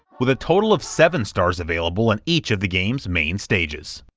with a total of seven stars available in each of the game's main stages.